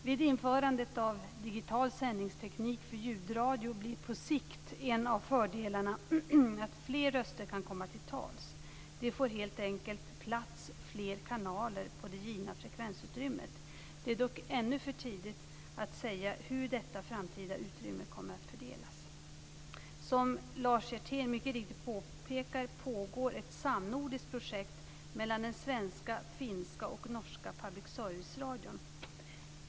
Vid införandet av digital sändningsteknik för ljudradio blir på sikt en av fördelarna att fler röster kan komma till tals; det får helt enkelt plats fler kanaler på det givna frekvensutrymmet. Det är dock ännu för tidigt att säga hur detta framtida utrymme kommer att fördelas. Som Lars Hjertén mycket riktigt påpekar pågår ett samnordiskt projekt mellan den svenska, finska och norska public service-radion.